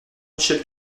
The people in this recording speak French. michel